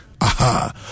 Aha